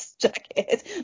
jacket